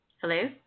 Hello